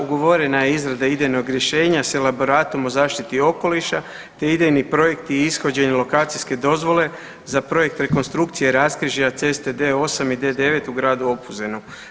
Ugovorena je izrada idejnog rješenja sa elaboratom o zaštiti okoliša, te idejni projekti i ishođenje lokacijske dozvole za projekt rekonstrukcije raskrižja ceste D8 i D9 u gradu Opuzenu.